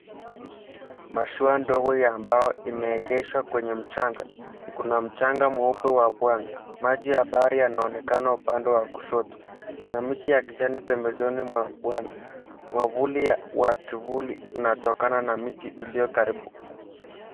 Mashua ndogo ya mbao imeegeshwa kwenye mchanga. Kuna mchanga mweupe wa pwani, maji ya bahari yanaonekana upande wa kushoto. Kuna miti ya kijani pembezoni mwa pwani, mwavuli wa kivuli unatokana na miti iliyo karibu.